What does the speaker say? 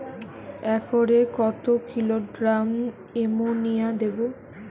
একরে কত kilogram ammonia দেবো?